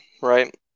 right